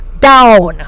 down